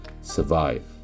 Survive